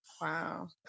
Wow